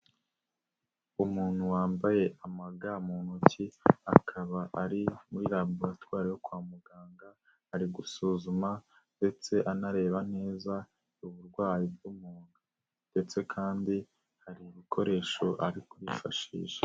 Umuntu wambaye amaga mu ntoki akaba ari muri raboratwari yo kwa muganga ari gusuzuma ndetse anareba neza uburwayi bw'umuntu ndetse kandi hari ibikoresho ari kwifashisha.